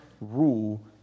rule